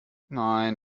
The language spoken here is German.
nein